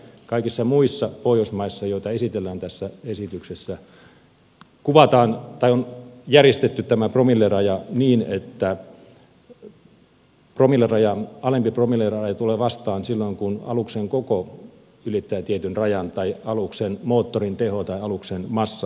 kaikissa muissa pohjoismaissa joita esitellään tässä esityksessä on järjestetty tämä promilleraja niin että alempi promilleraja tulee vastaan silloin kun aluksen koko ylittää tietyn rajan tai aluksen moottorin teho tai aluksen massa